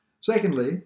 Secondly